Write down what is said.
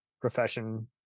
profession